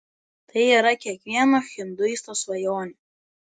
tai yra kiekvieno hinduisto svajonė